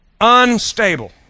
Unstable